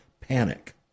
panic